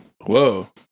Whoa